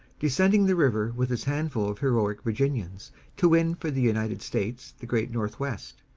descending the river with his handful of heroic virginians to win for the united states the great northwest,